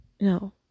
no